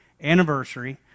anniversary